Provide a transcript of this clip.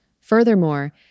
Furthermore